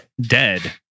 dead